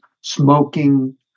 smoking